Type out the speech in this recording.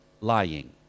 lying